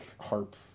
harp